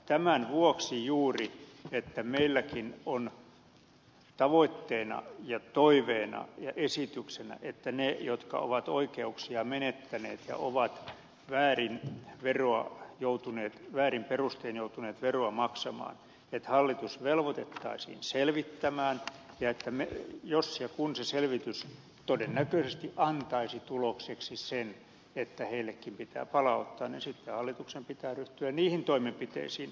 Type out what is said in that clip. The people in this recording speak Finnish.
tämän vuoksi juuri meilläkin on tavoitteena ja toiveena ja esityksenä koska jotkut ovat oikeuksiaan menettäneet ja väärin perustein joutuneet veroa maksamaan että hallitus velvoitettaisiin selvittämään ja jos ja kun se selvitys todennäköisesti antaisi tulokseksi sen että heillekin pitää palauttaa niin sitten hallituksen pitää ryhtyä niihin toimenpiteisiin